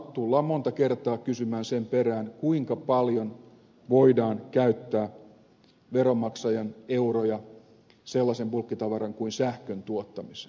tullaan monta kertaa kysymään sen perään kuinka paljon voidaan käyttää veronmaksajien euroja sellaisen bulkkitavaran kuin sähkön tuottamiseen